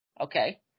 okay